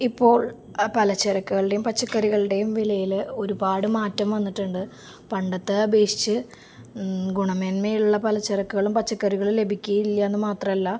ഇപ്പോൾ പലചരക്കളുടെയും പച്ചക്കറികളുടെയും വിലയില് ഒരുപാട് മാറ്റം വന്നിട്ടുണ്ട് പണ്ടത്തെ അപേക്ഷിച്ച് ഗുണമേന്മയുള്ള പലചരക്കുകളും പച്ചക്കറികളും ലഭിക്കുകയില്ല എന്ന് മാത്രമല്ല